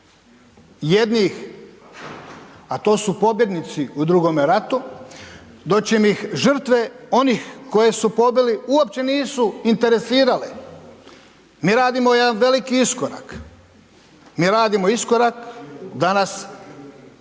jednih, a to su pobjednici u drugome ratu, doćim ih žrtve onih koje su pobili uopće nisu interesirale. Mi radimo jedan veliki iskorak, mi radimo iskorak da nas